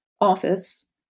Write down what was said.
office